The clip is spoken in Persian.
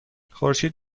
خورشید